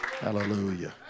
Hallelujah